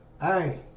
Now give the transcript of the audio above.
Hey